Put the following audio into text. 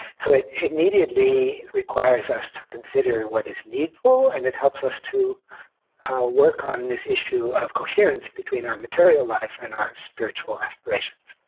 so it immediately requires us to consider what is needful, and it helps us to work on this issue of coherence between our material life and our spiritual aspirations.